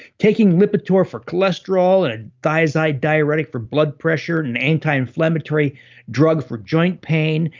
taking lipitor for cholesterol and and thiazide diuretic for blood pressure and anti-inflammatory drug for joint pain,